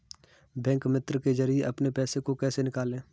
Bank मित्र के जरिए अपने पैसे को कैसे निकालें?